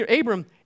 Abram